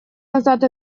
назад